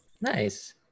Nice